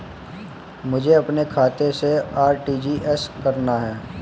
मुझे अपने खाते से आर.टी.जी.एस करना?